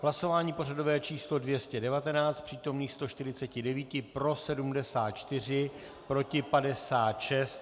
V hlasování pořadové číslo 219 z přítomných 149 pro 74, proti 56.